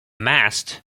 mast